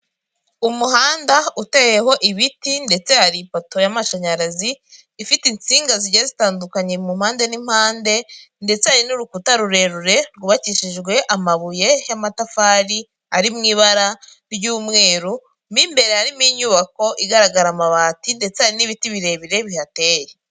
Umuhanda uteyeho ibiti ndetse hari ipoto y'amashanyarazi ifite insinga zijya zitandukanye mu mpande n'impande ndetse n'urukuta rurerure rwubakishijwe amabuye y'amatafari ari mu ibara ry'umwerumo imbere harimo inyubako igaragara amabati ndetse hari n'ibiti birebire bihateye.